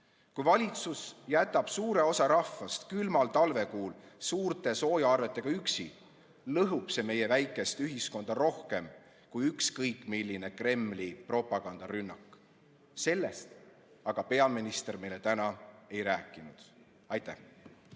Kui valitsus jätab suure osa rahvast külmal talvekuul suurte soojaarvetega üksi, lõhub see meie väikest ühiskonda rohkem kui ükskõik milline Kremli propagandarünnak. Sellest aga peaminister meile täna ei rääkinud. Aitäh!